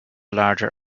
larger